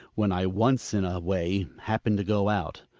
when i once in a way happen to go out.